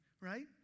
right